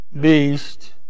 beast